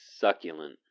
Succulent